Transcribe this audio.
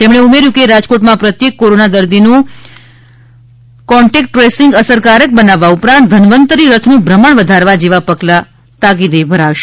તેમણે ઉમેર્યું હતું કે રાજકોટમાં પ્રત્યેક કોરોના દર્દીનું કોન્ટૅક્ટ ટ્રેસિંગ અસરકારક બનાવવા ઉપરાંત ધન્વંત રી રથનું ભ્રમણ વધારવા જેવા પગલાં તાકીદે ભરાશે